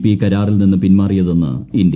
P കരാറിൽ നിന്ന് പിന്മാറിയതെന്ന് ഇന്ത്യ